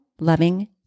loving